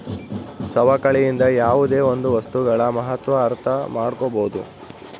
ಸವಕಳಿಯಿಂದ ಯಾವುದೇ ಒಂದು ವಸ್ತುಗಳ ಮಹತ್ವ ಅರ್ಥ ಮಾಡ್ಕೋಬೋದು